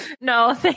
No